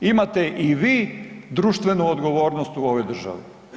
Imate i vi društvenu odgovornost u ovoj državi.